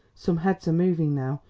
some heads are moving now!